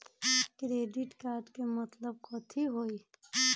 Credit card के मतलब कथी होई?